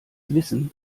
wissen